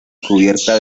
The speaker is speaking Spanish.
cubierta